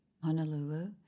Honolulu